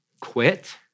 quit